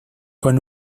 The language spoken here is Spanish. con